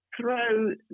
throw